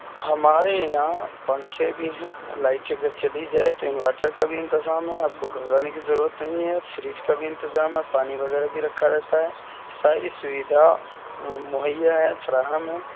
ہمارے یہاں پنکھے بھی ہیں لائٹ اگر چلی جائے تو انورئٹر کا بھی انتظام ہے آپ کو گھبرانے ضرورت نہیں ہے فریج کا بھی انتظام ہے پانی وغیرہ بھی رکھا رہتا ہے ساری سویدھا مہیا ہیں فراہم ہیں